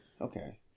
okay